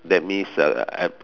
that means uh ev~